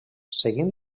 seguint